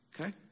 Okay